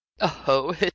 Oh